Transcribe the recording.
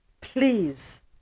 please